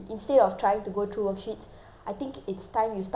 I think it's time you start from basics and teach him how to read